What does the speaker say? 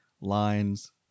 lines